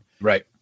right